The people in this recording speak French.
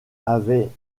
avaient